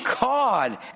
God